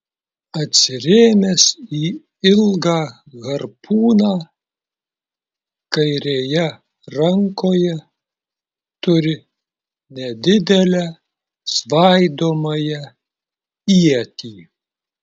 atsirėmęs į ilgą harpūną kairėje rankoje turi nedidelę svaidomąją ietį